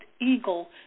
eagle